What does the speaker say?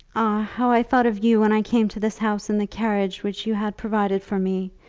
how i thought of you when i came to this house in the carriage which you had provided for me,